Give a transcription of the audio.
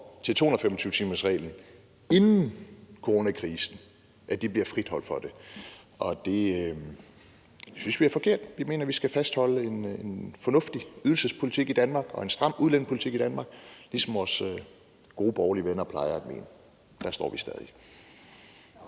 til 225-timersreglen inden coronakrisen, bliver friholdt fra det. Det synes vi er forkert, og vi mener, at vi skal fastholde en fornuftig ydelsespolitik i Danmark og en stram udlændingepolitik i Danmark, ligesom vores gode borgerlige venner plejer at mene. Der står vi stadig